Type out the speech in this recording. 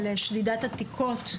על שדידת עתיקות,